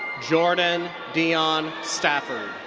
jordan deon stafford.